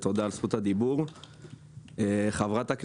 תודה על זכות הדיבור.